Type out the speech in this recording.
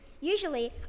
Usually